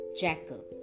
Jackal